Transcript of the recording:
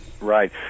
Right